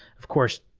of course,